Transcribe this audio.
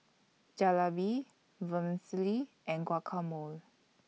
Jalebi Vermicelli and Guacamole